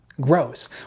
grows